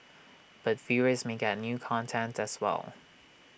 but viewers may get new content as well